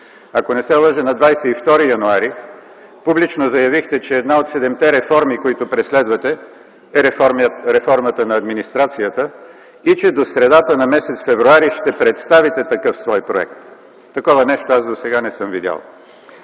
ако не се лъжа на 22 януари, публично заявихте, че една от седемте реформи, които преследвате, е реформата на администрацията и че до средата на месец февруари ще представите такъв свой проект. Такова нещо досега аз не съм видял.